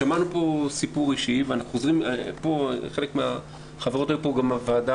שמענו פה סיפור אישי וחלק מהחברות היו גם בוועדה